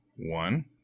One